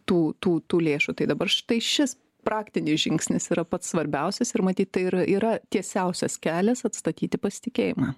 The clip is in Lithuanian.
tų tų tų lėšų tai dabar štai šis praktinis žingsnis yra pats svarbiausias ir matyt tai ir yra tiesiausias kelias atstatyti pasitikėjimą